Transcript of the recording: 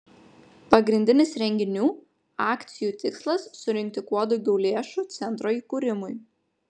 pagrindinis renginių akcijų tikslas surinkti kuo daugiau lėšų centro įkūrimui